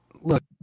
look